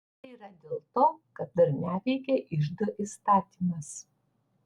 tai yra dėl to kad dar neveikia iždo įstatymas